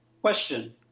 question